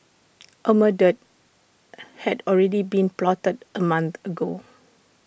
A murder had already been plotted A month ago